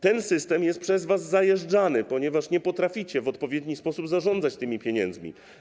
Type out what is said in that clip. Ten system jest przez was zajeżdżany, ponieważ nie potraficie w odpowiedni sposób zarządzać tymi pieniędzmi.